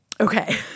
Okay